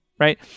right